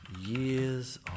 years